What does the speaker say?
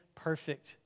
perfect